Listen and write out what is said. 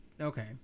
Okay